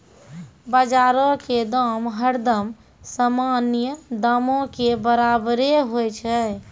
बजारो के दाम हरदम सामान्य दामो के बराबरे होय छै